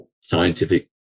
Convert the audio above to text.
scientific